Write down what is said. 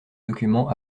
document